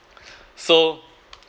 so